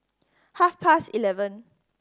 half past eleven